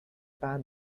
bad